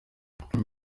nyuma